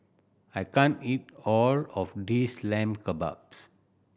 I can't eat all of this Lamb Kebabs